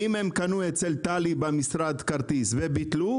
אם הם קנו אצל טלי במשרד כרטיס וביטלו,